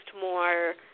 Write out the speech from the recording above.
more